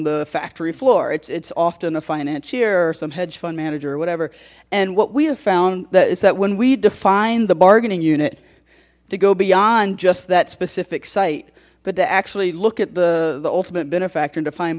the factory floor it's it's often a financier or some hedge fund manager or whatever and what we have found that is that when we define the bargaining unit to go beyond just that specific site but to actually look at the the ultimate benefactor